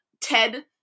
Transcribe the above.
Ted